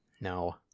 no